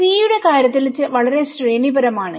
C യുടെ കാര്യത്തിൽ വളരെ ശ്രേണിപരമാണ്